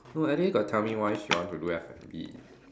no Alice got tell me why she want to do F&B